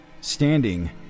standing